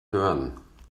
hören